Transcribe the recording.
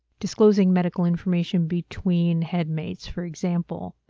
disclosing medical information between headmates for example,